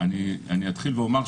אני אתחיל ואומר,